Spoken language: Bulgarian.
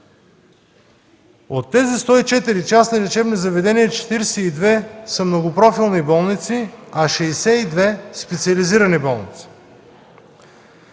От тези 104 частни лечебни заведения 42 са многопрофилни болници, а 62 – специализирани болници.